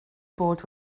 bod